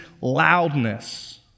loudness